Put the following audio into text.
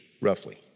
roughly